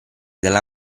dalla